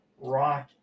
rock